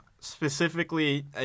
specifically